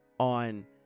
on